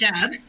Dub